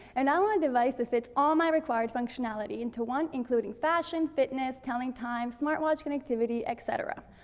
and i want a device that fits all my required functionality into one, including fashion, fitness, telling time, smartwatch connectivity, et cetera.